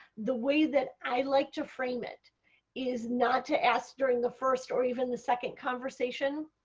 the way that i like to frame it is not to ask during the first or even the second conversation.